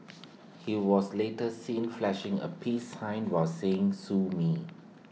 he was later seen flashing A peace sign while saying sue me